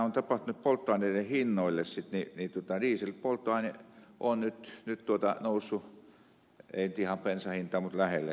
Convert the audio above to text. kun katsotaan mitä on tapahtunut polttoaineiden hinnoille niin dieselpolttoaine on nyt noussut ei nyt ihan bensan hintaan mutta lähelle